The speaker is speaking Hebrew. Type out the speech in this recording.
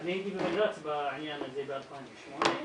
אני הגעתי לבג"צ בעניין הזה ב-2008,